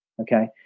okay